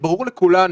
ברור לכולנו,